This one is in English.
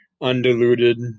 Undiluted